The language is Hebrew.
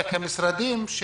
רק המשרדים.